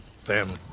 family